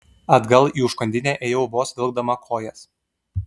atgal į užkandinę ėjau vos vilkdama kojas